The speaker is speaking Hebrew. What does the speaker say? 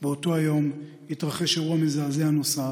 באותו היום התרחש אירוע מזעזע נוסף,